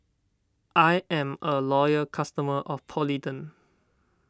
I am a loyal customer of Polident